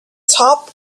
top